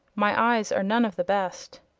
my eyes are none of the best.